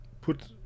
put